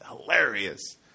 hilarious